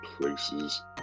places